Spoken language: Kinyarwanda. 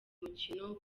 mukino